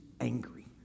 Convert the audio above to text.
angry